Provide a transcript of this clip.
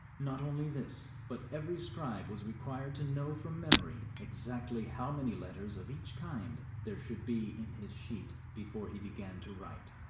not only this, but every scribe was required to know from memory exactly how many letters of each kind there should be in his sheet before he began to write.